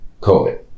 covid